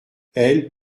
elle